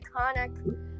iconic